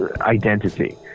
Identity